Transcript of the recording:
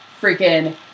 freaking